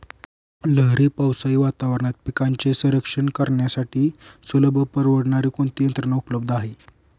लहरी पावसाळी वातावरणात पिकांचे रक्षण करण्यासाठी सुलभ व परवडणारी कोणती यंत्रणा उपलब्ध आहे?